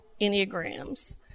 Enneagrams